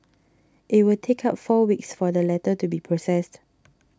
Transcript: it will take up four weeks for the letter to be processed